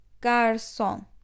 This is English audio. garson